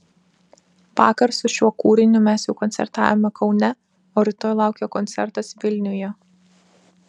vakar su šiuo kūriniu mes jau koncertavome kaune o rytoj laukia koncertas vilniuje